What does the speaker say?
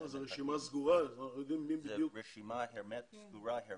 זאת רשימה סגורה?